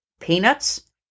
Peanuts